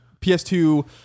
PS2